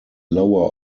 lower